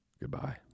goodbye